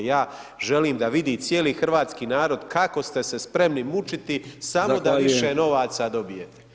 Ja želim da vidi cijeli hrvatski narod kako ste se spremni mučiti samo [[Upadica: Zahvaljujem]] da više novaca dobijete.